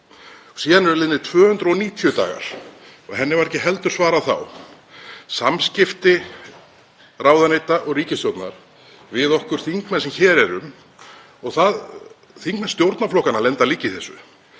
Síðan eru liðnir 290 dagar og henni var ekki heldur svarað þá. Samskipti ráðuneyta og ríkisstjórnar við okkur þingmenn sem hér erum — og þingmenn stjórnarflokkanna lenda líka í þessu